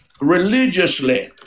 religiously